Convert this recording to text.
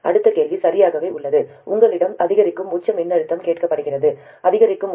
அடுத்த கேள்வி சரியாகவே உள்ளது உங்களிடம் அதிகரிக்கும் உச்ச மின்னழுத்தம் கேட்கப்படுகிறது அதிகரிக்கும் உச்ச உள்ளீடு 0